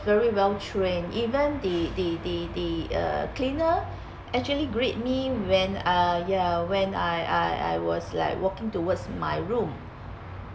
very well-trained even the the the the uh cleaner actually greet me when uh ya when I I was like walking towards my room